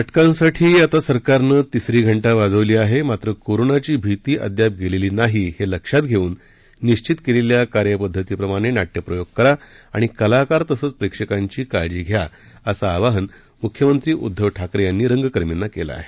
ना किंसाठी आता सरकारनं तिसरी घंती वाजवली आहे मात्र कोरोनाची भीती अद्याप गेलेली नाही हे लक्षात घेऊन निश्वित केलेल्या कार्यपद्धतीप्रमाणे ना ्विप्रयोग करा आणि कलाकार तसंच प्रेक्षकांची काळजी घ्या असं आवाहन मुख्यमंत्री उद्धव ठाकरे यांनी रंगकर्मींना केलं आहे